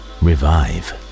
revive